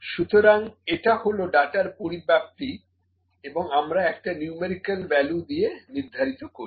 সুতরাং এটা হলো ডাটার পরিব্যাপ্তি এবং আমরা একটা নুমেরিকাল ভ্যালু দিয়ে নির্ধারিত করি